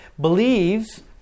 believes